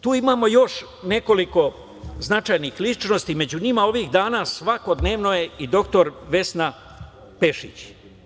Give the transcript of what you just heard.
Tu imamo još nekoliko značajnih ličnosti, a među njima ovih dana svakodnevno je i dr Vesna Pešić.